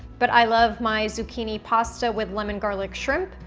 but i love my zucchini pasta with lemon garlic shrimp,